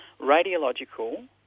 radiological